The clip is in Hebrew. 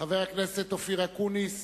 חבר הכנסת אופיר אקוניס,